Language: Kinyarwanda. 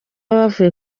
abavuye